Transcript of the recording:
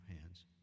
hands